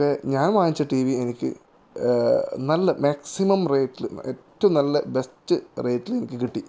പക്ഷേ ഞാൻ വാങ്ങിച്ച ടി വി എനിക്ക് നല്ല മാക്സിമം റേറ്റിൽ ഏറ്റവും നല്ല ബെസ്റ്റ് റേറ്റിൽ എനിക്ക് കിട്ടി